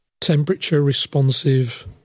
temperature-responsive